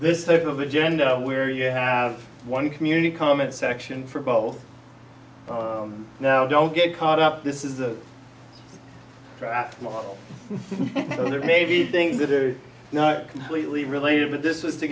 of agenda where you have one community comment section for both now don't get caught up this is a raft of other maybe things that are not completely related but this is to